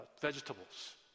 vegetables